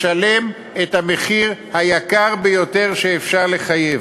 ישלם את המחיר היקר ביותר שאפשר לשלם.